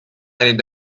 eine